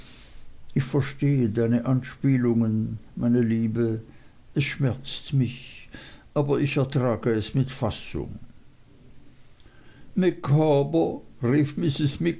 ich verstehe deine anspielungen meine liebe es schmerzt mich aber ich ertrage es mit fassung micawber rief